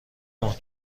ماه